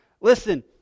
Listen